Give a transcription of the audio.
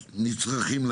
הנצרכים.